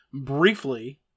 briefly